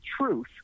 truth